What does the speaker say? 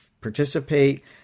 participate